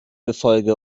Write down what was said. verfolge